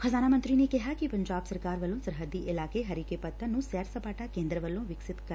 ਖ਼ਜਾਨਾ ਮੰਤਰੀ ਨੇ ਕਿਹਾ ਕਿ ਪੰਜਾਬ ਸਰਕਾਰ ਵੱਲੋ ਸਰਹੱਦੀ ਇਲਾਕੇ ਹਰੀਕੇ ਪੱਤਣ ਨੂੰ ਸੈਰ ਸੱਪਾਟਾ ਕੇਂਦਰ ਵਜੋਂ ਵਿਕਸਿਤ ਕਰਨ